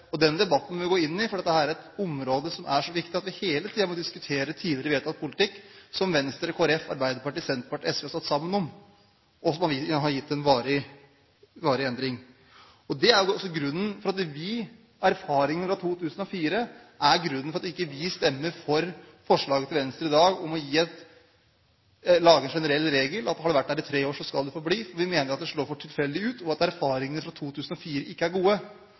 Den debatten må vi gå inn i, for dette er et område som er så viktig at vi hele tiden må diskutere tidligere vedtatt politikk som Venstre, Kristelig Folkeparti, Arbeiderpartiet, Senterpartiet og SV har stått sammen om, og som har gitt en varig endring. Erfaringene fra 2004 er grunnen til at vi ikke stemmer for forslaget til Venstre i dag om å lage en generell regel: Hvis man har vært her i tre år, så skal man få bli. Vi mener at det slår for tilfeldig ut, og at erfaringene fra 2004 ikke er gode.